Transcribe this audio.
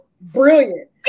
brilliant